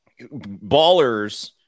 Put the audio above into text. ballers